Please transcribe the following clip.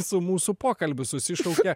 su mūsų pokalbiu susišaukia